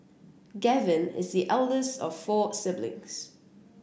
Gavin is the eldest of four siblings